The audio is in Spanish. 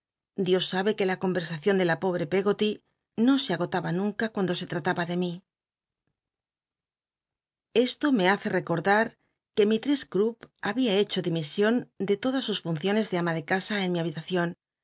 dios sabe mí de trataba e cuando nunca no se gotaba biblioteca nacional de españa david copperfield esto me hace tcconlar que mblless cntpp babia hecho dimision de todas sus fun ciones de ama de casa en mi habilacion